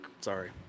sorry